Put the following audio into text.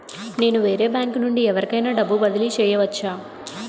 నేను వేరే బ్యాంకు నుండి ఎవరికైనా డబ్బు బదిలీ చేయవచ్చా?